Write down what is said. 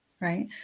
right